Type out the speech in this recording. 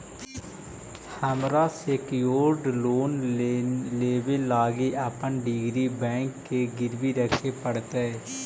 हमरा secured loan लेबे लागी अपन डिग्री बैंक के गिरवी रखे पड़तई